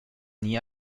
nie